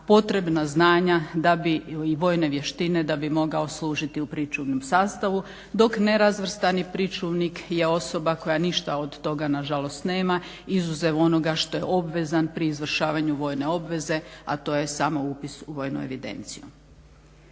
potrebna znanja i vojne vještine da bi mogao služiti u pričuvnom sastavu dok nerazvrstani pričuvnik je osoba koja ništa od toga nažalost nema izuzev onoga što je obvezan pri izvršavanju vojne obveze, a to je samo upis u vojnu evidenciju.